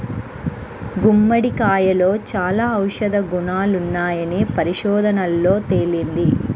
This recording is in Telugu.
గుమ్మడికాయలో చాలా ఔషధ గుణాలున్నాయని పరిశోధనల్లో తేలింది